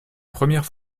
première